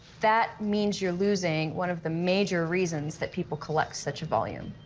that means you're losing one of the major reasons that people collect such a volume.